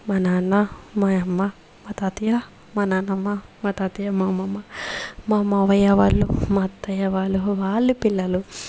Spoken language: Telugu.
మా నాన్న మాయమ్మ మా తాతయ్య మా నాన్నమ్మ మా తాతయ్య మా అమ్మమ్మ మా మామయ్య వాళ్ళు మా అత్తయ్య వాళ్ళు వాళ్ళు పిల్లలు